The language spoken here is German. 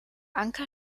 anker